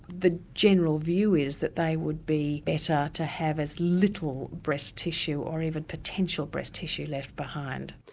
the general view is that they would be better to have as little breast tissue, or even potential breast tissue left behind.